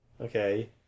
okay